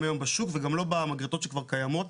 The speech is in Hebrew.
היום בשוק וגם לא במגרטות שכבר קיימות.